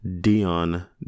Dion